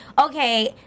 okay